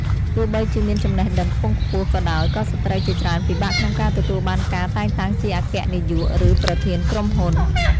ទោះបីជាមានចំណេះដឹងខ្ពង់ខ្ពស់ក៏ដោយក៏ស្ត្រីជាច្រើនពិបាកក្នុងការទទួលបានការតែងតាំងជាអគ្គនាយក ឬប្រធានក្រុមហ៊ុន។